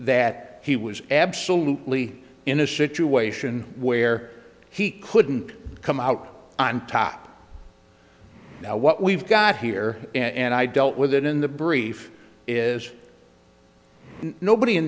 that he was absolutely in a situation where he couldn't come out on top now what we've got here and i dealt with it in the brief is nobody in